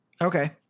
okay